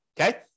okay